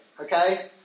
okay